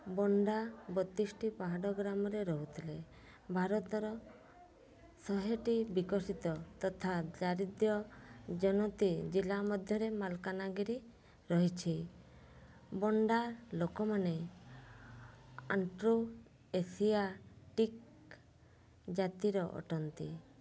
ବଣ୍ଡା ବତିଶଟି ପାହାଡ଼ ଗ୍ରାମରେ ରହୁଥିଲେ ଭାରତର ଶହେଟି ବିକଶିତ ତଥା ଦାରିଦ୍ର୍ୟ ଜନତି ଜିଲ୍ଲା ମଧ୍ୟରେ ମାଲକାନାଗିରି ରହିଛି ବଣ୍ଡା ଲୋକମାନେ ଆଣ୍ଟ୍ରୁ ଏସିଆଟିକ୍ ଜାତିର ଅଟନ୍ତି